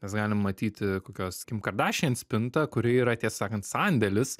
mes galim matyti kokios kim kardašian spintą kuri yra tiesą sakant sandėlis